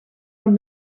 from